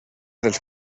dels